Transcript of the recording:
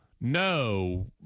No